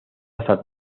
hasta